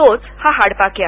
तोच हा हाडपाक्या